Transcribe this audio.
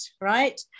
right